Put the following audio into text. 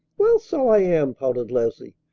well, so i am, pouted leslie.